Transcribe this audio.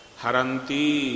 Haranti